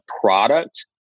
product